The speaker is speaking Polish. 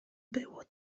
było